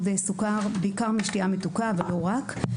בעיקר משתייה מתוקה ולא רק.